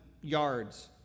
yards